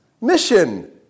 mission